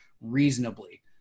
reasonably